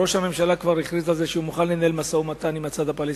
ראש הממשלה כבר הכריז על זה שהוא מוכן לנהל משא-ומתן עם הצד הפלסטיני.